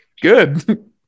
Good